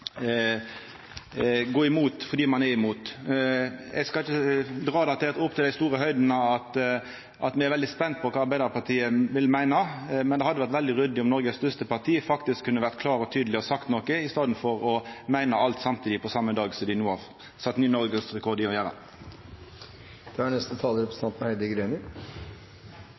gå imot, fordi ein er imot? Eg skal ikkje dra det opp til dei store høgder at me er veldig spente på kva Arbeidarpartiet vil meina, men det hadde vore veldig ryddig om Noregs største parti faktisk kunne vore klart og tydeleg og sagt noko i staden for å meina alt samtidig på same dag, som dei no har sett ny noregsrekord i å gjera.